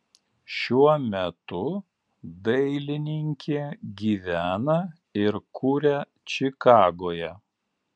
šiuo metu dailininkė gyvena ir kuria čikagoje